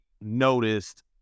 noticed